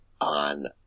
On